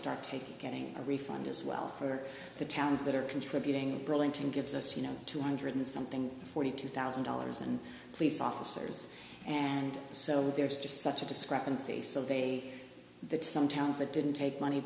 start taking getting a refund as well for the towns that are contributing burlington gives us you know two hundred and something forty two thousand dollars and police officers and so there's just such a discrepancy so they that some towns that didn't take money